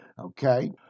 okay